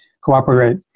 cooperate